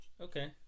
Okay